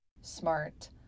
Smart